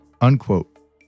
unquote